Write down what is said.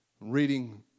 reading